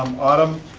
autumn